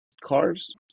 cars